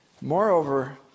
Moreover